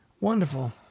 wonderful